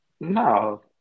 No